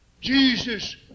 Jesus